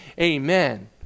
amen